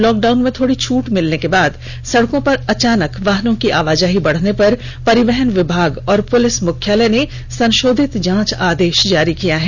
lockdown में थोड़ी छट मिलने के बाद सडकों पर अचानक वाहनों की आवाजाही बढने पर परिवहन विभाग और पुलिस मुख्यालय ने संपोधित जांच आदेश जारी किया है